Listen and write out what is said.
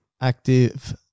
active